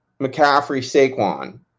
McCaffrey-Saquon